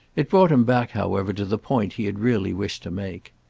it brought him back, however, to the point he had really wished to make.